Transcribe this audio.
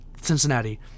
Cincinnati